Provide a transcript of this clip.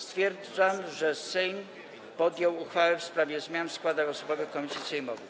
Stwierdzam, że Sejm podjął uchwałę w sprawie zmian w składach osobowych komisji sejmowych.